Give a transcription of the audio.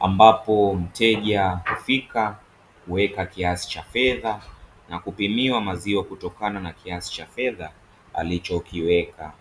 Ambapo mteja hufika huweka kiasi cha fedha na kupimiwa maziwa kutokana na kiasi che fedha alichokiweka.